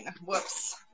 Whoops